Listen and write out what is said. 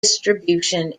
distribution